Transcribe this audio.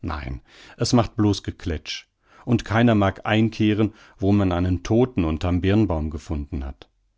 nein es macht blos geklätsch und keiner mag einkehren wo man einen todten unterm birnbaum gefunden hat